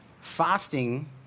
Fasting